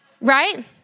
Right